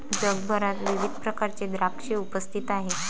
जगभरात विविध प्रकारचे द्राक्षे उपस्थित आहेत